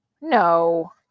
No